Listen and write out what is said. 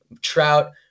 Trout